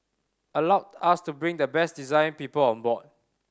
allowed us to bring the best design people on board